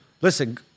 Listen